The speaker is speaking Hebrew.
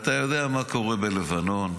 אתה יודע מה קורה בלבנון,